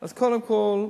אז קודם כול,